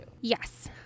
yes